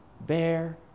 bear